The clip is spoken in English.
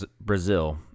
brazil